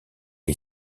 est